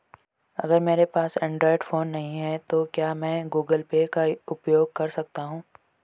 अगर मेरे पास एंड्रॉइड फोन नहीं है तो क्या मैं गूगल पे का उपयोग कर सकता हूं?